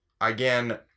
again